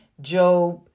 Job